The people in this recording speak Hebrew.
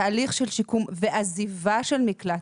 תהליך שיקום ועזיבת מקלט,